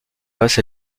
face